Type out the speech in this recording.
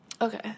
okay